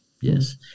yes